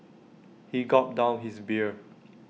he gulped down his beer